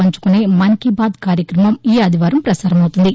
పంచుకొనే మన్ కీ బాత్ కార్యక్రమం ఈ ఆదివారం పసారమవుతుంది